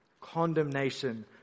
condemnation